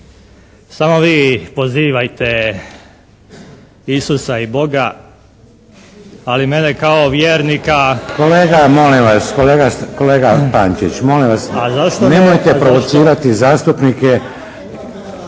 Samo vi pozivajte Isusa i Boga, ali mene kao vjernika. **Šeks, Vladimir (HDZ)** Kolega molim vas, kolega Pančić molim vas nemojte provocirati zastupnike,